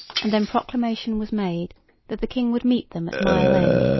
and then proclamation was made that the king would meet them at mile-end,